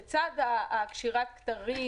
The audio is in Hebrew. לצד קשירת הכתרים